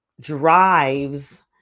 drives